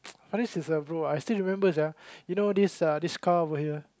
I still remember sia you know this uh this car over here